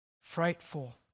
frightful